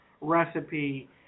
recipe